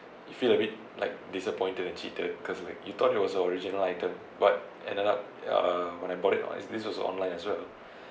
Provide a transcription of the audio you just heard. you feel a bit like disappointed and cheated because like you thought it was a original items but ended up ya when I bought it or is this also online as well